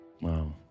Wow